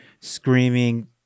screaming